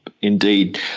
indeed